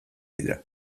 dira